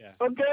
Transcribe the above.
Okay